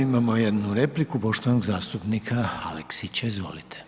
Imamo jednu repliku poštovanog zastupnika Aleksića, izvolite.